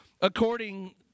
according